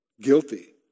Guilty